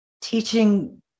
teaching